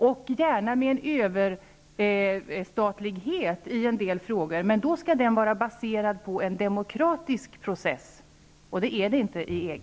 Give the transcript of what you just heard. Det får gärna vara överstatlighet i en del frågor, men då skall denna vara baserad på en demokratisk process. Och så är det inte i EG.